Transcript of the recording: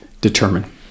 determine